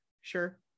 Sure